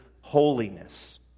holiness